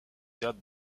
théâtre